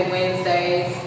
Wednesdays